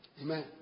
Amen